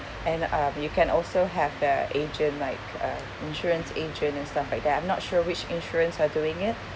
and uh you can also have the agent like uh insurance agent and stuff like that I'm not sure which insurance are doing it